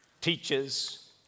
teachers